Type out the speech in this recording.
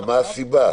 מה הסיבה?